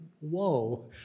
Whoa